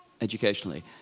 educationally